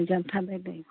ᱡᱟᱱᱛᱷᱟᱲ ᱫᱚᱭ ᱞᱟᱹᱭ ᱠᱮᱫᱟ